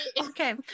Okay